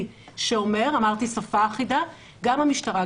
שאומר אמרתי שפה אחידה שגם המשטרה,